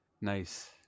Nice